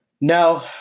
No